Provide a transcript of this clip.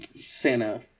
Santa